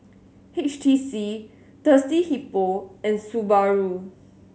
H T C Thirsty Hippo and Subaru